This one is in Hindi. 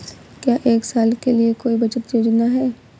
क्या एक साल के लिए कोई बचत योजना है?